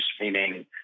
meaning